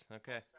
okay